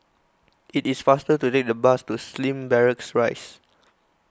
it is faster to take the bus to Slim Barracks Rise